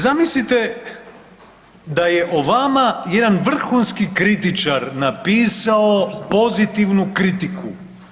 Zamislite da je o vama jedan vrhunski kritičar napisao pozitivnu kritiku.